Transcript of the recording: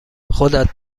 خودت